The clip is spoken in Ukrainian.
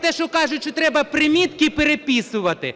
те, що кажуть, що треба примітки переписувати,